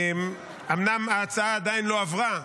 אומנם ההצעה עדיין לא עברה,